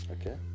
Okay